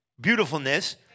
beautifulness